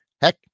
heck